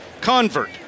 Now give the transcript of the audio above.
convert